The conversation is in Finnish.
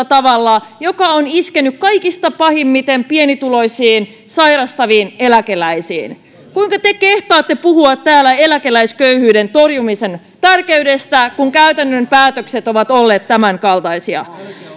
tavalla joka on iskenyt kaikista pahiten pienituloisiin sairastaviin eläkeläisiin kuinka te kehtaatte puhua täällä eläkeläisköyhyyden torjumisen tärkeydestä kun käytännön päätökset ovat olleet tämänkaltaisia